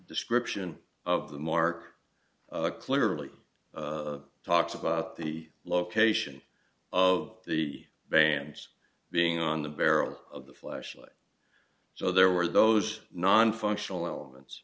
description of the mark clearly talks about the location of the bands being on the barrel of the flashlight so there were those nonfunctional elements